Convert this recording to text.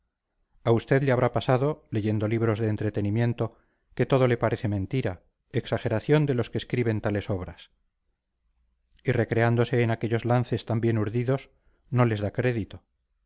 a usted le habrá pasado leyendo libros de entretenimiento que todo le parece mentira exageración de los que escriben tales obras y recreándose en aquellos lances tan bien urdidos no les da crédito